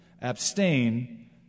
Abstain